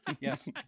Yes